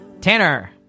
Tanner